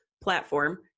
platform